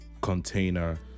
container